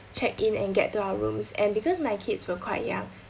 check in and get to our rooms and because my kids were quite young